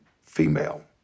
female